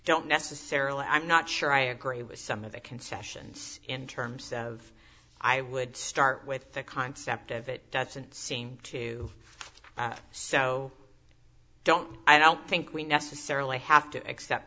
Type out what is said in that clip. don't necessarily i'm not sure i agree with some of the concessions in terms of i would start with the concept of it doesn't seem to so i don't i don't think we necessarily have to accept